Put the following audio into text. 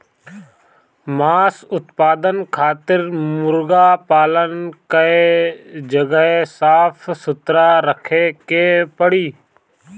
मांस उत्पादन खातिर मुर्गा पालन कअ जगह साफ सुथरा रखे के पड़ी